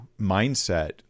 mindset